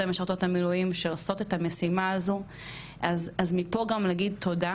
ומשרתות המילואים שעושות את המשימה הזו אז מפה גם להגיד תודה